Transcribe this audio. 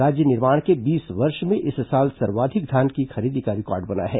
राज्य निर्माण के बीस वर्ष में इस साल सर्वाधिक धान खरीदी का रिकॉर्ड बना है